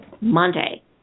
Monday